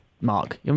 Mark